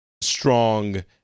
strong